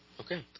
Okay